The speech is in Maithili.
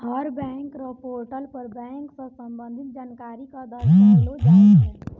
हर बैंक र पोर्टल पर बैंक स संबंधित जानकारी क दर्शैलो जाय छै